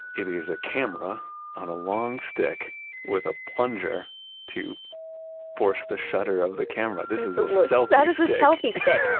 it is a camera on a long stick with a plunger to force the shutter of the camera. this is a selfie stick that is a selfie stick,